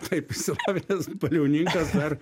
taip išsilavinęs baliauninkas dar